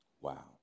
Wow